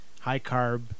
high-carb